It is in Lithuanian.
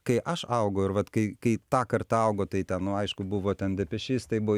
kai aš augu ir vat kai kai ta karta augo tai ten nu aišku buvo ten depešistai buvo